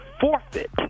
forfeit